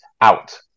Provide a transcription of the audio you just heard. out